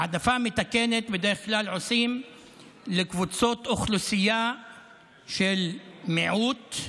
העדפה מתקנת בדרך כלל עושים לקבוצות אוכלוסייה של מיעוט,